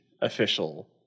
official